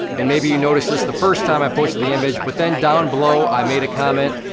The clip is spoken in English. and maybe you noticed this the first time i posted the image, but then down below, i made a comment,